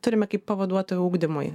turime kaip pavaduotoją ugdymui